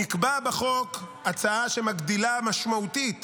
נקבעה בחוק הצעה שמגדילה משמעותית